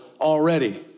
already